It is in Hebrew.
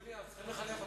יולי, צריך לחנך אותו.